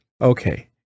Okay